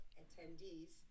attendees